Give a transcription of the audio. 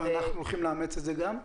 אנחנו הולכים לאמץ את זה גם?